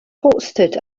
hosted